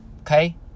okay